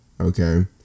Okay